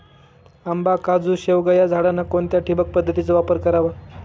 आंबा, काजू, शेवगा या झाडांना कोणत्या ठिबक पद्धतीचा वापर करावा?